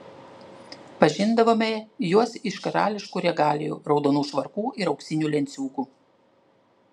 pažindavome juos iš karališkų regalijų raudonų švarkų ir auksinių lenciūgų